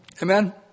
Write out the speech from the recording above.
Amen